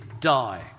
die